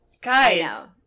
Guys